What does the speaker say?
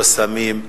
לא סמים.